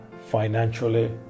financially